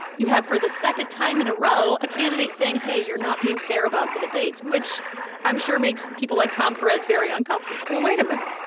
you have, for the second time in a row, a candidate saying, hey, you're not being fair about the debates, debates, which i'm sure makes people like tom perez very uncomfortable well, wait a minute.